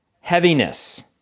Heaviness